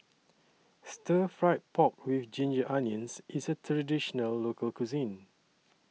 Stir Fried Pork with Ginger Onions IS A Traditional Local Cuisine